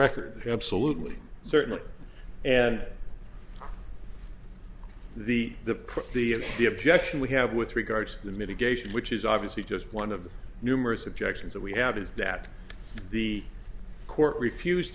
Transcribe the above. record absolutely certainly and the the the the objection we have with regard to the mitigation which is obviously just one of the numerous objections that we have is that the court refuse